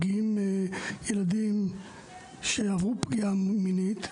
מגיעים ילדים שעברו פגיעה מינית,